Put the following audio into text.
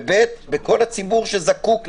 ובי"ת, כל הציבור שזקוק לזה.